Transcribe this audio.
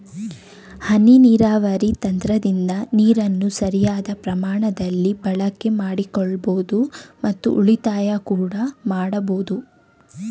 ಹನಿ ನೀರಾವರಿ ತಂತ್ರದಿಂದ ನೀರನ್ನು ಸರಿಯಾದ ಪ್ರಮಾಣದಲ್ಲಿ ಬಳಕೆ ಮಾಡಿಕೊಳ್ಳಬೋದು ಮತ್ತು ಉಳಿತಾಯ ಕೂಡ ಮಾಡಬೋದು